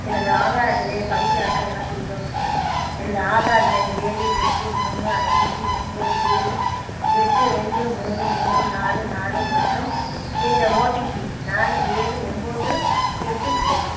எனது ஆதார் அட்டையை பதிவிறக்க எனக்கு உதவுங்கள் எனது ஆதார் எண் ஏழு எட்டு மூணு அஞ்சி ஒம்போது ஏழு எட்டு ரெண்டு மூணு மூணு நாலு நாலு மற்றும் என்னிடம் ஓடிபி நாலு ஏழு ஒம்போது எட்டு உள்ளது